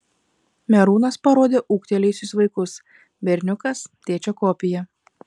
merūnas parodė ūgtelėjusius vaikus berniukas tėčio kopija